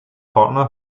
partner